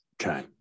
okay